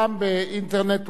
אדוני שר התקשורת,